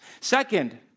Second